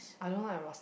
I don't like the Ros~